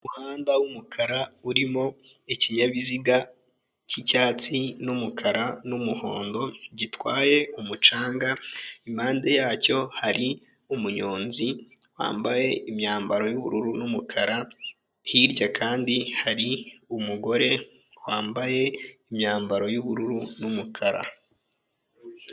Umuhanda w'umukara urimo ikinyabiziga cy'icyatsi n'umukara n'umuhondo gitwaye umucanga impande yacyo hari umuyonzi wambaye imyambaro y'ubururu n'umukara hirya kandi hari umugore wambaye imyambaro y'ubururu n'umukara.